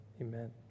Amen